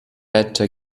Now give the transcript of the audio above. eiter